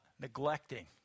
neglecting